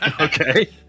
Okay